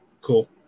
Cool